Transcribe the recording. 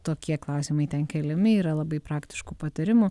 tokie klausimai ten keliami yra labai praktiškų patarimų